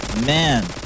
man